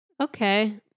Okay